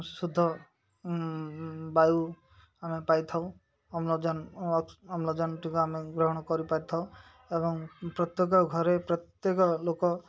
ଶୁଦ୍ଧ ବାୟୁ ଆମେ ପାଇଥାଉ ଅମ୍ଳଜାନ ଅମ୍ଳଜାନଟିକୁ ଆମେ ଗ୍ରହଣ କରିପାରିଥାଉ ଏବଂ ପ୍ରତ୍ୟେକ ଘରେ ପ୍ରତ୍ୟେକ ଲୋକ